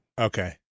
Okay